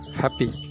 happy